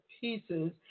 pieces